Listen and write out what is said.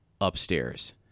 upstairs